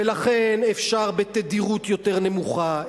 ולכן אפשר בתדירות יותר נמוכה,